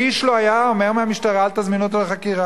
איש לא היה אומר למשטרה: אל תזמינו אותו לחקירה.